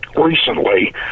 recently